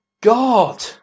God